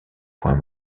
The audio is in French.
point